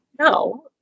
No